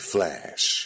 Flash